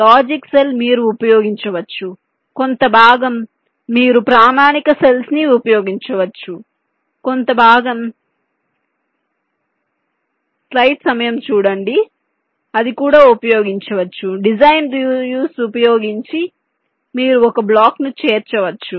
logic cell మీరు ఉపయోగించవచ్చు కొంత భాగం మీరు ప్రామాణిక సెల్స్ ని ఉపయోగించవచ్చు కొంత భాగం చూడండి సమయం 2457 చూడండి మీరు ఉపయోగించవచ్చు డిజైన్ రీయూస్ ఉపయోగించి మీరు ఒక బ్లాక్ను చేర్చవచ్చు